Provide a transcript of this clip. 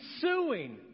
suing